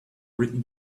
written